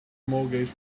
mortgage